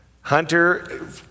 Hunter